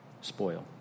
spoil